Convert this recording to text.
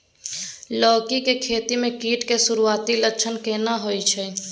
लौकी के खेती मे कीट के सुरूआती लक्षण केना होय छै?